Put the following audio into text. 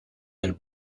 del